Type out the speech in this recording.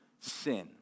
sin